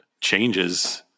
changes